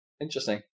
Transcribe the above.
Interesting